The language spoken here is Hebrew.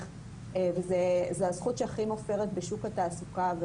וזו הזכות שהכי מופרת בשוק התעסוקה.